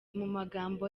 magambo